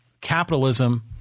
capitalism